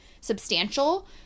substantial